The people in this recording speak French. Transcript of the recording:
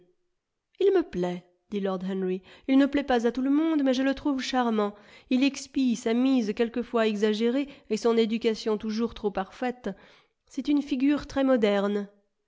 il me plaît dit lord henry il ne plaît pas à tout le monde mais je le trouve charmant il expie sa mise quelquefois exagérée et son éducation toujours trop parfaite c'est une figure très moderne